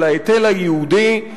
של ההיטל הייעודי.